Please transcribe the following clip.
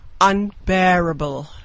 unbearable